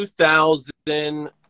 2000